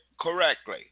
correctly